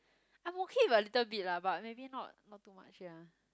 I'm okay if a little bit lah but maybe not not too much ya